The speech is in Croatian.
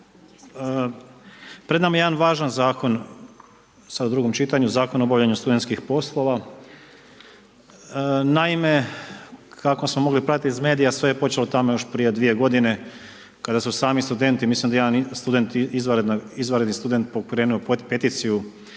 Pred nama je jedan važan zakon sad u drugom čitanju, zakon o obavljanju studentskih poslova. Naime, kako smo mogli pratiti iz medija sve je počelo tamo još prije dvije godine kada su sami studenti, mislim da je jedan izvanredni student pokrenuo peticiju